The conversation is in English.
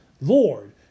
Lord